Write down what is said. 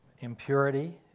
impurity